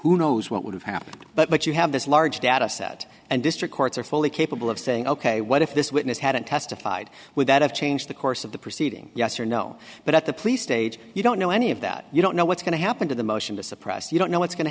who knows what would have happened but you have this large data set and district courts are fully capable of saying ok what if this witness hadn't testified would that have changed the course of the proceeding yes or no but at the police stage you don't know any of that you don't know what's going to happen to the motion to suppress you don't know what's go